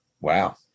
Wow